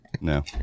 No